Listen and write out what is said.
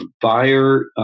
buyer